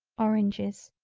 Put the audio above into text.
oranges.